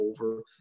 over